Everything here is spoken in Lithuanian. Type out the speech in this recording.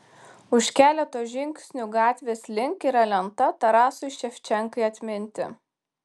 už keleto žingsnių gatvės link yra lenta tarasui ševčenkai atminti